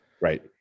Right